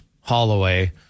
Holloway